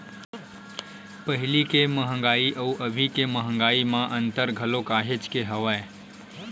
पहिली के मंहगाई अउ अभी के मंहगाई म अंतर घलो काहेच के हवय